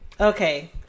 Okay